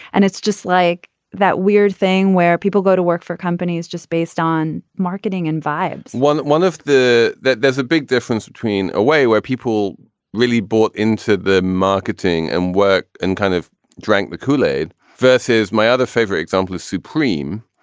and it's just like that weird thing where people go to work for companies just based on marketing and vibes one. one of the that there's a big difference between a way where people really bought into the marketing and work and kind of drank the kool-aid vs. my other favorite example is supreme,